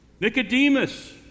Nicodemus